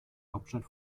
hauptstadt